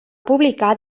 publicar